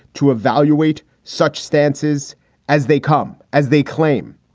to evaluate such stances as they come, as they claim.